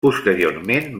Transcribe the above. posteriorment